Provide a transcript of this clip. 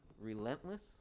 relentless